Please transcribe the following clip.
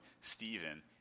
Stephen